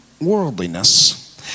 worldliness